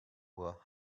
were